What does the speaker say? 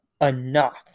enough